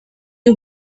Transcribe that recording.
you